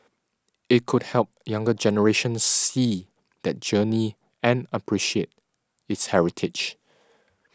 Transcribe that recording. it could help younger generations see that journey and appreciate its heritage